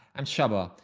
i'm csaba,